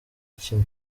kina